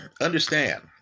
Understand